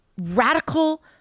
radical